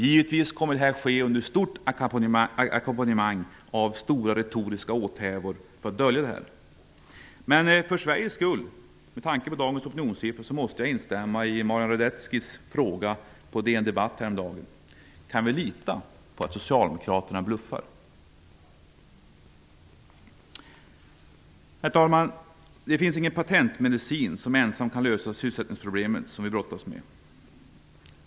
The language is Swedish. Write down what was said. Givetvis kommer detta att ackompanjeras av stora retoriska åthävor. För Sveriges skull, med tanke på dagens opinionssiffror, måste jag instämma i Marian Radetzkis fråga på DN-debatt häromdagen. Kan vi lita på att Socialdemokraterna bluffar? Herr talman! Det finns ingen patentmedicin med vilken man kan lösa det sysselsättningsproblem som vi brottas med.